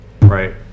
Right